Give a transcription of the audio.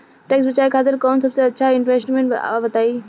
Tax बचावे खातिर कऊन सबसे अच्छा इन्वेस्टमेंट बा बताई?